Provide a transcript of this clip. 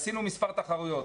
עשינו מספר תחרויות.